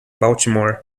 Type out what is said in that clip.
baltimore